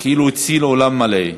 כאילו הציל עולם מלא.